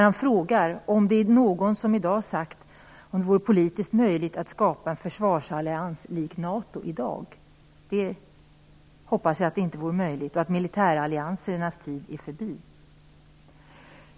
Han frågade om det är någon som har sagt att det i dag är politiskt möjligt att skapa en försvarsallians lik NATO. Jag hoppas att det inte är möjligt och att militäralliansernas tid är förbi.